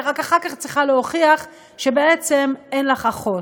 ורק אחר כך את צריכה להוכיח שבעצם אין לך אחות.